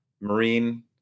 Marine